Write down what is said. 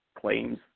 claims